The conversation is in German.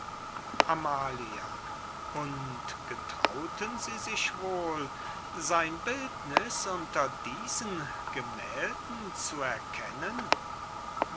amalia und getrauten sie sich wohl sein bildnis unter diesen gemählden zu erkennen